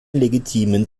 legitimen